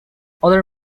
other